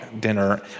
dinner